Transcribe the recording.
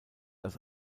als